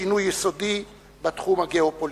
שינוי יסודי בתחום הגיאו-פוליטי.